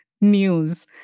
news